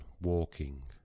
Walking